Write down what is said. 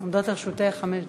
עומדות לרשותך חמש דקות.